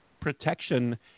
protection